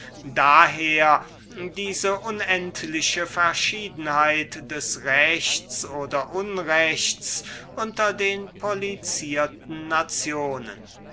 daher diese unendliche verschiedenheit des rechts oder unrechts unter den policiertesten nationen